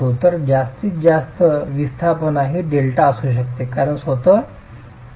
तर जास्तीत जास्त विस्थापना ही डेल्टा असू शकते कारण स्वतः भिंतीच विकृत होते